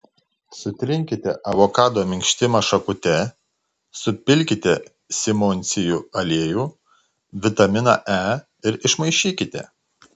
sutrinkite avokado minkštimą šakute supilkite simondsijų aliejų vitaminą e ir išmaišykite